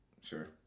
sure